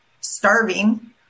starving